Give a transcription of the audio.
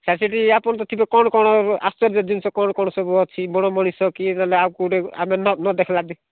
sir ସେଠି ଆପଣ ତ ଥିବେ କ'ଣ କ'ଣ ଆଶ୍ଚର୍ଯ୍ୟ ଜିନିଷ କଣ କ'ଣ ସବୁ ଅଛି ବଣ ମଣିଷ କି ତାହାଲେ ଆଉ କେଉଁ ଟାଇପ୍ ଆମେ ନ ନ ଦେଖିବାର